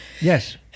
Yes